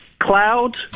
cloud